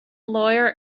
lawyer